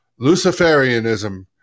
Luciferianism